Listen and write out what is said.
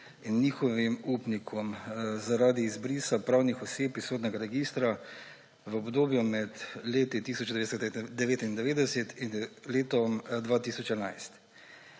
in njihovim upnikom zaradi izbrisa pravnih oseb iz sodnega registra v obdobju med letom 1999 in letom 2011.